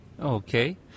Okay